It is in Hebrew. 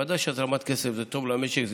בוודאי שהזרמת כסף זה טוב למשק,